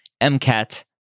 MCAT